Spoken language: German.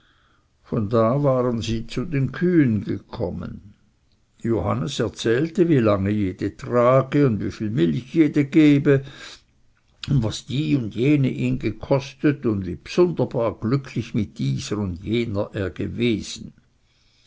von da waren sie zu den kühen gekommen johannes erzählte wie lange jede trage und wie viel milch jede gebe und was die und jene ihn gekostet und wie bsunderbar glücklich mit dieser und jener er gewesen